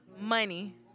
Money